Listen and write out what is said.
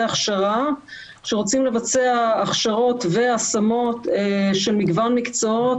הכשרה שרוצים לבצע הכשרות והשמות של מגוון מקצועות,